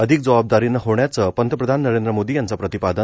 अधिक जबाबदारीनं होण्याचं पंतप्रधान नरेंद्र मोदी यांच प्रतीपादन